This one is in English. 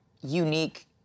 unique